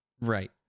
Right